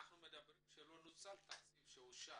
אנחנו מדברים על כך שלא נוצל תקציב שאושר.